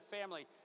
family